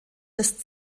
des